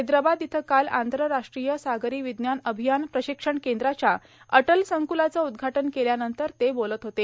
हैद्राबाद इथं काल आंतरराष्ट्रीय सागरी विज्ञान अभियान प्रशिक्षण केंद्राच्या अटल संक्लाचं उद्घाटन केल्यानंतर ते बोलत होते